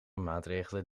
maatregelen